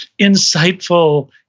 insightful